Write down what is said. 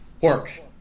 work